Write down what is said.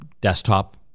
desktop